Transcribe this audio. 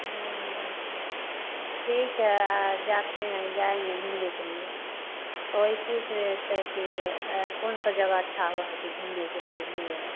ओ ठीक है जाते हैं जाएँगे घूमने के लिए तो वहीं पूछ रहे थे कि कौन सा जगह अच्छा जगह घूमने के लिए मिलेगा